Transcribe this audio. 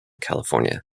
california